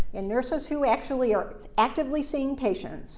in nurses who actually are actively seeing patients